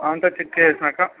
అంతా చెక్ చేసేసినాక